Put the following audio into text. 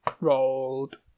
rolled